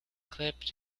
clipped